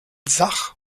sach